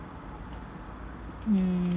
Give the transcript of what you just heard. mm